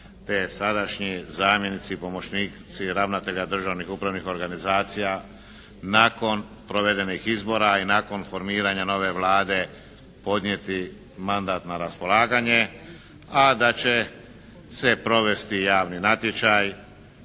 te sadašnji zamjenici i pomoćnici ravnatelja državnih upravnih organizacija nakon provedenih izbora i nakon formiranja nove Vlade podnijeti mandat na raspolaganje a da će se provesti javni natječaj